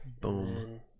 Boom